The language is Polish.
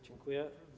Dziękuję.